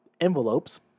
envelopes